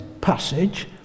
passage